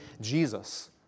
Jesus